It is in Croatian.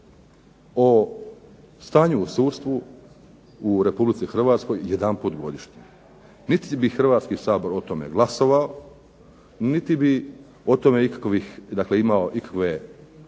o stanju u sudstvu u Republici Hrvatskoj jedanput godišnje. Niti bi Hrvatski sabor o tome glasovao, niti bi o tome ikakovih,